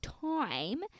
time